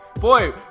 Boy